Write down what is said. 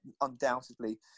undoubtedly